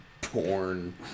porn